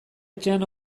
etxean